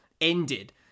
ended